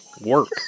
work